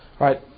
right